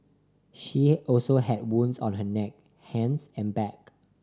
she also had wounds on her neck hands and back